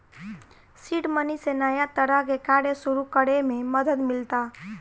seed money से नया तरह के कार्य सुरू करे में मदद मिलता